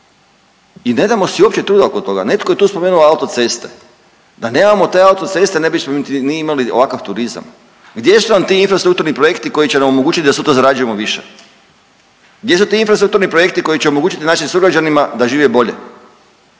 i ne damo si uopće truda oko toga. Netko je tu spomenuo autoceste, da nemamo te autoceste ne bismo niti ni imali ovakav turizam. Gdje su nam ti infrastrukturni projekti koji će nam omogućiti da sutra zarađujemo više, gdje su ti infrastrukturni projekti koji će omogućiti našim sugrađanima da žive bolje,